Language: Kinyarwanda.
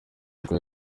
ubwo